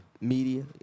Media